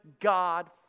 God